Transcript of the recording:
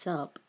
up